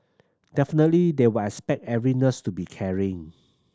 definitely they will expect every nurse to be caring